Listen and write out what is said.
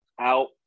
out